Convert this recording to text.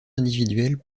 individuelles